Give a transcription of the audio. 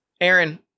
Aaron